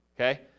okay